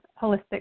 holistic